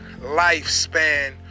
lifespan